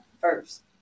first